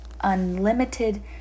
unlimited